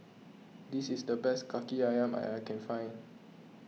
this is the best Kaki Ayam I can find